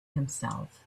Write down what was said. himself